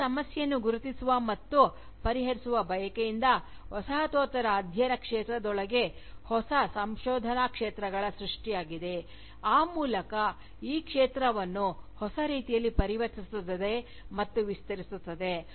ಈ ಸಮಸ್ಯೆಯನ್ನು ಗುರುತಿಸುವ ಮತ್ತು ಪರಿಹರಿಸುವ ಬಯಕೆಯಿಂದ ವಸಾಹತೋತ್ತರ ಅಧ್ಯಯನ ಕ್ಷೇತ್ರದೊಳಗೆ ಹೊಸ ಸಂಶೋಧನಾ ಕ್ಷೇತ್ರಗಳ ಸೃಷ್ಟಿಯಾಗಿದೆ ಆ ಮೂಲಕ ಈ ಕ್ಷೇತ್ರವನ್ನು ಹೊಸ ರೀತಿಯಲ್ಲಿ ಪರಿವರ್ತಿಸುತ್ತದೆ ಮತ್ತು ವಿಸ್ತರಿಸುತ್ತದೆ